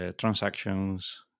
transactions